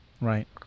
Right